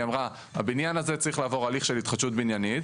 היא אמרה שהבניין הזה צריך לעבור הליך של התחדשות עירונית,